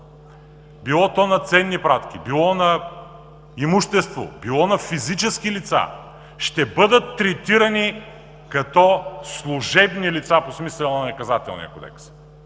било то на ценни пратки, било на имущество, било на физически лица, ще бъдат третирани като служебни лица по смисъла на Наказателния кодекс.